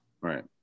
Right